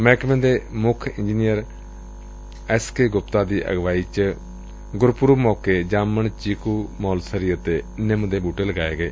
ਮਹਿਕਮੇ ਦੇ ਮੁੱਖ ਇੰਜਨੀਅਰ ਐਸ ਕੇ ਗੁਪਤਾ ਦੀ ਅਗਵਾਈ ਚ ਜਾਮਣ ਚੀਕੁ ਮੌਲਸਰੀ ਅਤੇ ਨੰਮ ਦੇ ਬੁਟੇ ਲਗਾਏ ਗਏ